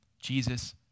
Jesus